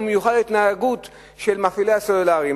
ובמיוחד ההתנהגות של מפעילי המכשירים הסלולריים.